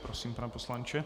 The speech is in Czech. Prosím, pane poslanče.